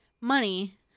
money